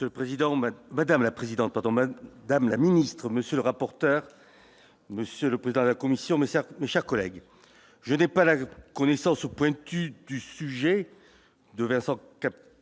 dames, la ministre, monsieur le rapporteur, monsieur le président de la commission, mais certes, mes chers collègues, je n'ai pas la connaissance pointue du sujet de Vincent Capo